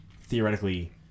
theoretically